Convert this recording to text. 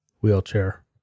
wheelchair